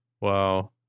Wow